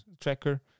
tracker